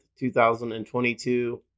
2022